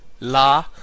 la